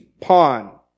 pawn